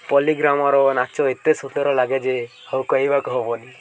ପଲ୍ଲୀଗ୍ରାମର ନାଚ ଏତେ ସୁନ୍ଦର ଲାଗେ ଯେ ଆଉ କହିବାକୁ ହବନି